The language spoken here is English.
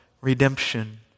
redemption